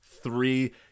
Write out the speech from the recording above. three